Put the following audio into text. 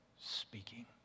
speaking